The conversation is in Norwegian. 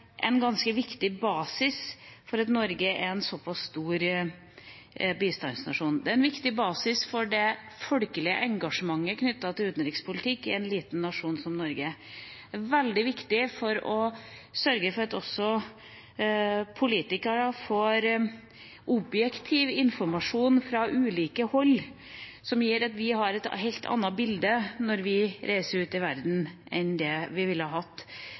en ganske viktig basis for Norge som en så pass stor bistandsnasjon. Det er en viktig basis for det folkelige engasjementet knyttet til utenrikspolitikk i en liten nasjon som Norge. Det er veldig viktig for å sørge for at også politikere får objektiv informasjon fra ulike hold, noe som gjør at vi har et helt annet bilde når vi reiser ut i verden, enn det vi ville hatt